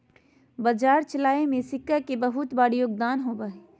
बाजार चलावे में सिक्का के बहुत बार योगदान होबा हई